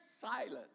silence